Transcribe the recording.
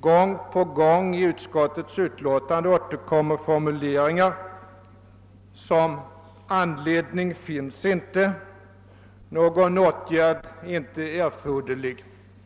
Gång på gång i utskottets utlåtande återkommer formuleringar som »anledning finns inte« och »någon åtgärd är inte erforderlig».